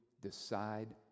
decide